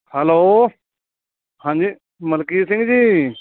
hello ਹਾਂਜੀ ਮਲਕੀਤ ਸਿੰਘ ਜੀ